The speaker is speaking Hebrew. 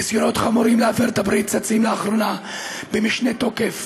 ניסיונות חמורים להפר את הברית צצים לאחרונה במשנה תוקף